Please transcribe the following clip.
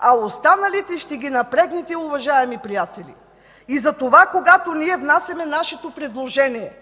а останалите ще ги напрегнете, уважаеми приятели. Затова, когато ние внасяме нашето предложение,